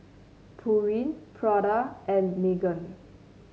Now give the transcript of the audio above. Pureen Prada and Megan